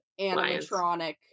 animatronic